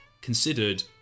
considered